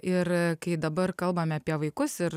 ir kai dabar kalbame apie vaikus ir